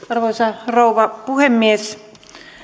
arvoisa rouva puhemies